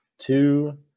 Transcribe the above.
Two